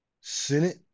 Senate